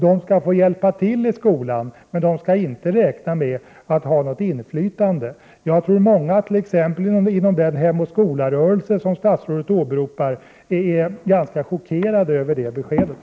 De skall få hjälpa till i skolan, men de skall inte räkna med att ha något inflytande. Jag tror att många, t.ex. inom Hem och skola-rörelsen som statsrådet åberopar, är ganska chockerade över det beskedet.